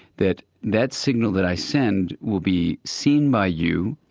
that that signal that i send will be seen by you,